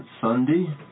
Sunday